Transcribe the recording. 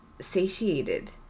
satiated